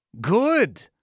Good